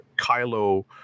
Kylo